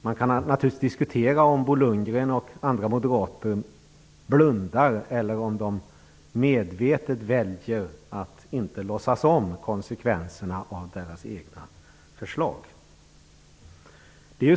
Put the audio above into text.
Man kan naturligtvis diskutera om Bo Lundgren och andra moderater blundar eller om de medvetet väljer att inte låtsas om konsekvenserna av sina egna förslag.